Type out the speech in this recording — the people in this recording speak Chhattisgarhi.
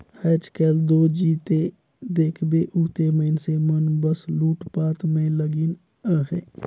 आएज काएल दो जिते देखबे उते मइनसे मन बस लूटपाट में लगिन अहे